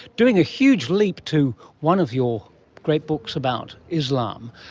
doing a huge leap to one of your great books about islam,